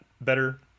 better